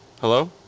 Hello